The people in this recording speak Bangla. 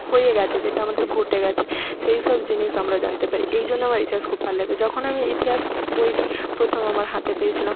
হয়ে গেছে যেটা আমাদের ঘটে গেছে সেই সব জিনিস আমরা জানতে পারি এই জন্য আমার ইতিহাস খুব ভালো লাগে যখন আমি ইতিহাস বইটি প্রথম আমার হাতে পেয়েছিলাম